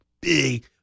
big